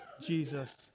Jesus